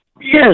Yes